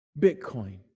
Bitcoin